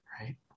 right